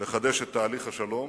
לחדש את תהליך השלום